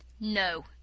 No